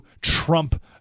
Trump